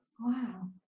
Wow